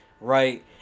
right